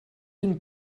den